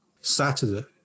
Saturday